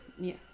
Yes